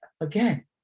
again